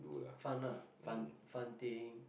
fun ah fun fun thing